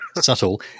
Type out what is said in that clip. subtle